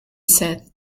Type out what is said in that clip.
said